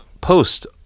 post